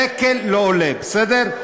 שקל לא עולה, בסדר?